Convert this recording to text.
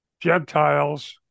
Gentiles